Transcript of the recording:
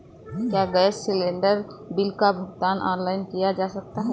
क्या gas cylinder bill का भुगतान ऑनलाइन किया जा सकता है?